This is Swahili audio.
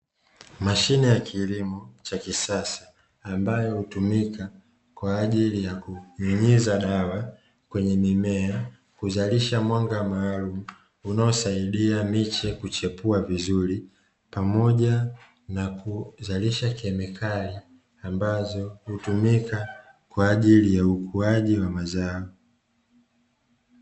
Mashine ya kilimo cha kisasa ambayo hutumika kwa ajili ya kunyunyiza dawa kwenye mimea kuzalisha mwanga maalumu, unaosaidia miche kuchipua vizuri pamoja na kuzalisha kemikali ambazo hutumika kwa ajili ya ukuaji wa mazao.